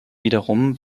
wiederum